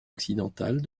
occidentale